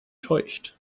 täuscht